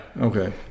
Okay